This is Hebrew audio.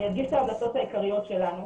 אני אדגיש את ההמלצות העיקריות שלנו.